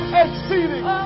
exceeding